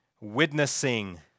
Witnessing